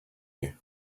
you